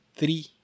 three